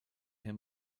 him